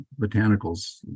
botanicals